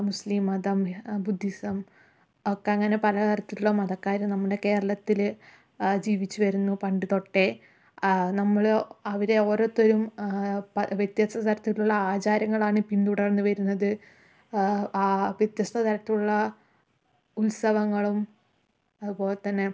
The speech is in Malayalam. മുസ്ലിം മതം ബുദ്ധിസം ഒക്കെ അങ്ങനെ പല തരത്തിലുള്ള മതക്കാർ നമ്മുടെ കേരളത്തിൽ ജീവിച്ചു വരുന്നു പണ്ടുതൊട്ടേ നമ്മൾ അവർ ഓരോരുത്തരും പ വ്യത്യസ്ത തരത്തിലുള്ള ആചാരങ്ങളാണ് പിന്തുടർന്നു വരുന്നത് ആ വ്യത്യസ്ത തരത്തിലുള്ള ഉൽസവങ്ങളും അതുപോലെ തന്നെ